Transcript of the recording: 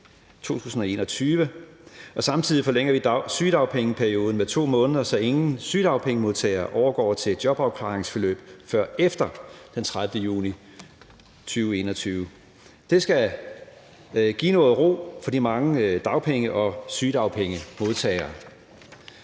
Samtidig forlænger vi sygedagpengeperioden med 2 måneder, så ingen sygedagpengemodtagere overgår til jobafklaringsforløb før efter den 30. juni 2021. Det skal give noget ro for de mange dagpenge- og sygedagpengemodtagere.